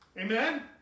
Amen